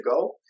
go